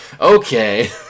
Okay